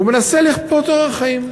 הוא מנסה לכפות אורח חיים.